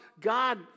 God